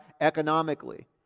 economically